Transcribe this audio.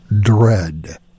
dread